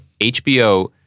HBO